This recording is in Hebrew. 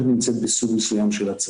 ד"ר מנדלוביץ', בבקשה.